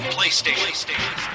PlayStation